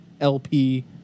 LP